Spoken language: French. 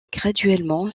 graduellement